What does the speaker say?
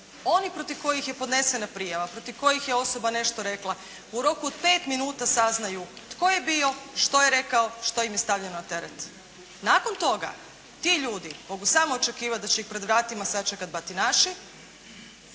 Oni protiv kojih je podnesena prijava, protiv kojih je osoba nešto rekla u roku od 5 minuta saznaju tko je bio, što je rekao, što im je stavljeno na teret. Nakon toga ti ljudi mogu samo očekivati da će ih pred vratima sačekati batinaši.